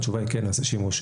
התשובה היא כן נעשה שימוש.